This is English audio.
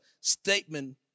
statement